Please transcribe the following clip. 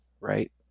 right